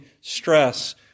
stress